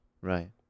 right